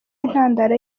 intandaro